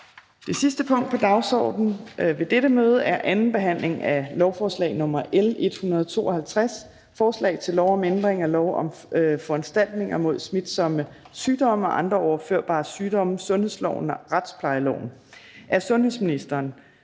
Det sidste punkt på dagsordenen er: 4) 2. behandling af lovforslag nr. L 152: Forslag til lov om ændring af lov om foranstaltninger mod smitsomme sygdomme og andre overførbare sygdomme, sundhedsloven og retsplejeloven. (Yderligere